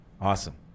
Awesome